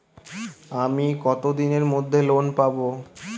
আমি কতদিনের মধ্যে লোন পাব?